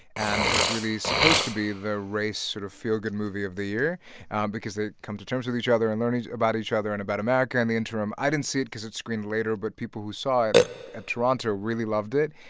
and it's really supposed to be the race sort of feel-good movie of the year um because they come to terms with each other and learn about each other and about america in the interim. i didn't see it because it screened later, but people who saw it at toronto really loved it.